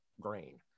grain